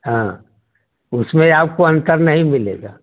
हाँ उसमें आपको अंतर नहीं मिलेगा